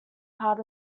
part